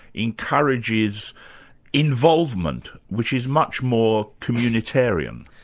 encourages involvement, which is much more communitarian.